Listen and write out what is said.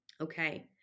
okay